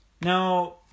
Now